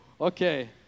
Okay